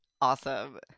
awesome